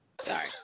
Sorry